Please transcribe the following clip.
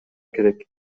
керек